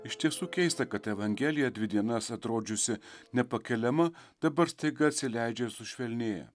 iš tiesų keista kad evangelija dvi dienas atrodžiusi nepakeliama dabar staiga atsileidžia sušvelnėja